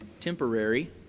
temporary